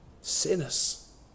Sinners